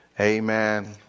Amen